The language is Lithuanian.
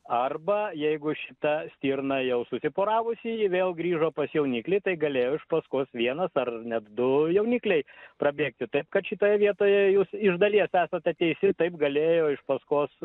arba jeigu šita stirna jau susiporavusi ji vėl grįžo pas jauniklį tai galėjo iš paskos vienas ar net du jaunikliai prabėgti taip kad šitoj vietoje jūs iš dalies esate teisi taip galėjo iš paskos